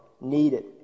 needed